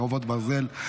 חרבות ברזל),